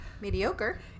Mediocre